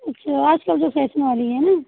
अच्छा आजकल जो फ़ैसन वाली हैं ना